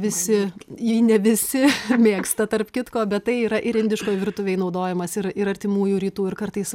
visi jį ne visi mėgsta tarp kitko bet tai yra ir indiškoj virtuvėj naudojamas ir ir artimųjų rytų ir kartais